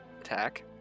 attack